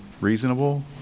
reasonable